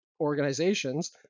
organizations